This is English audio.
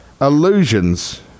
illusions